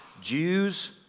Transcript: Jews